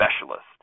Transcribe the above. specialist